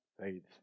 faith